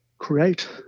create